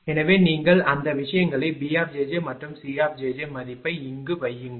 எனவே நீங்கள் அந்த விஷயங்களை b மற்றும் c மதிப்பை இங்கு வையுங்கள்